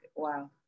wow